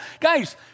Guys